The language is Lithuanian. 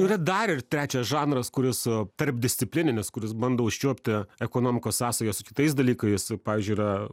yra dar ir trečias žanras kuris tarpdisciplininis kuris bando užčiuopti ekonomikos sąsajas su kitais dalykais pavyzdžiui yra